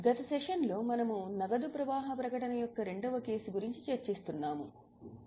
గత సెషన్లో మనము నగదు ప్రవాహ ప్రకటన యొక్క కేసు సంఖ్య 2 గురించి చర్చిస్తున్నాము